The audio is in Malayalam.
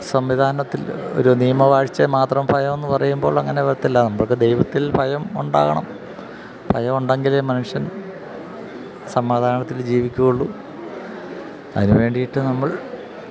സംവിധാനത്തിൽ ഒരു നിയമവാഴ്ചയെ മാത്രം ഭയമെന്ന് പറയുമ്പോൾ അങ്ങനെ നമുക്ക് ദൈവത്തിൽ ഭയമുണ്ടാകണം ഭയമുണ്ടെങ്കിലേ മനുഷ്യൻ സമാധാനത്തിൽ ജീവിക്കുകയുള്ളൂ അതിന് വേണ്ടിയിട്ട് നമ്മൾ